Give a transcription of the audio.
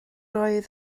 oedd